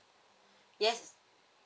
yes